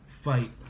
fight